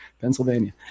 Pennsylvania